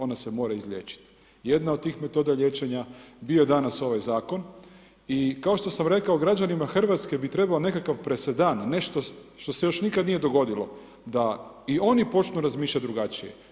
Ona se mora izliječit“ Jedna od tih metoda liječenja bio je danas ovaj zakon, i kao što sam rekao, građanima Hrvatske bi trebao nekakav presedan , nešto što se još nikad nije dogodilo, da i oni počnu razmišljati drugačije.